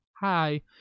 Hi